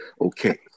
Okay